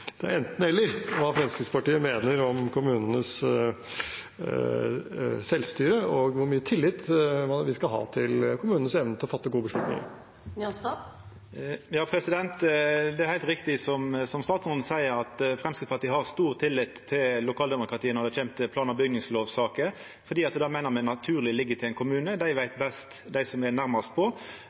skal ha til kommunenes evne til å fatte gode beslutninger. Det er heilt riktig som statsråden seier, at Framstegspartiet har stor tillit til lokaldemokratiet når det gjeld plan- og bygningslovsaker, fordi det meiner me naturleg ligg til ein kommune. Dei veit best som er nærmast på.